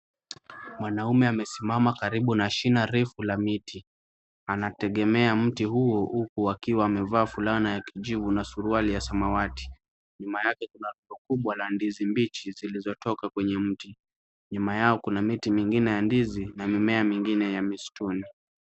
Mwanaume amesimama karibu na shina refu la miti. Anategemea mti huu huku akiwa amevaa fulana ya kijivu na suruali ya samawati. Nyuma yake kuna rundo kubwa la ndizi mbichi zilizotoka kwenye mti. Nyuma yao kuna miti mingine ya ndizi na mimea mingine ya misituni.